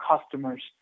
customers